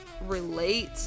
relate